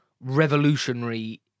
revolutionary